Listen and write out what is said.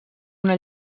una